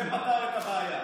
זה פתר את הבעיה.